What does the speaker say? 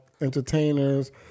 entertainers